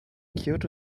kyoto